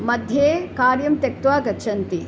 मध्ये कार्यं त्यक्त्वा गच्छन्ति